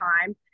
time